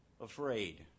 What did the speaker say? afraid